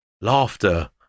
Laughter